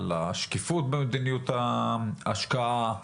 על השקיפות במדיניות ההשקעה,